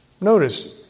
Notice